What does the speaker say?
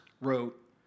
wrote